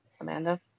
amanda